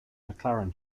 mclaren